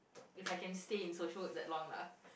if I can stay in social work that long lah